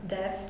death